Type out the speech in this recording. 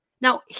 Now